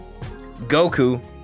Goku